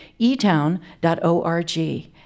etown.org